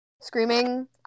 screaming